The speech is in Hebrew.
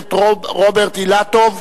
הכנסת רוברט אילטוב.